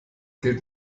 gilt